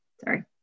Sorry